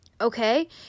Okay